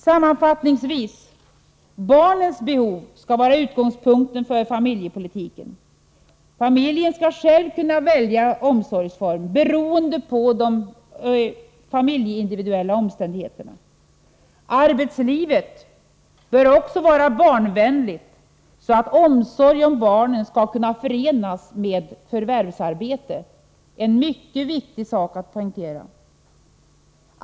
Sammanfattningsvis vill jag framhålla att barnets behov skall vara utgångspunkten för familjepolitiken. Familjen skall själv kunna välja omsorgsform beroende på de familjeindividuella omständigheterna. Arbetslivet bör vara barnvänligt så att omsorg om barnen skall kunna förenas med förvärvsarbete — en mycket viktig sak att poängtera.